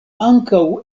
ankaŭ